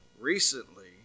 recently